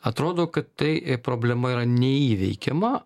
atrodo kad tai problema yra neįveikiama